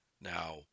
now